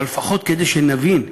אבל לפחות כדי שנבין: